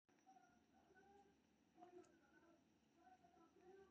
एकर अलावे एहि अवधारणा कें जानब जरूरी छै, जे अपन वित्तीय लक्ष्य कोना निर्धारित करी